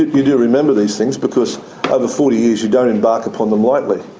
you do remember these things, because over forty years, you don't embark upon them lightly.